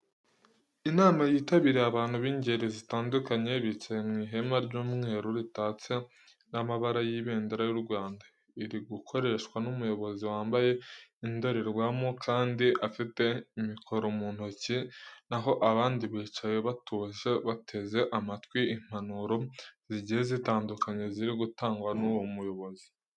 Inama yitabirirwe n'abantu b'ingeri zitandukanye bicaye mu ihema ry'umweru ritatse n'amabara y'ibendera ry'u Rwanda. Iri gukoreshwa n'umuyobozi wambaye indorerwamo, kandi afite mikoro mu ntoki na ho abandi bicaye batuje bateze amatwi impanuro zigiye zitandukanye ziri gutangwa n'uwo muyobozi.